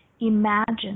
Imagine